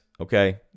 okay